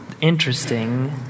interesting